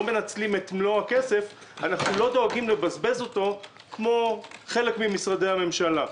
מנצלים את מלוא הכסף אנחנו לא דואגים לבזבז אותו כמו חלק ממשרדי הממשלה.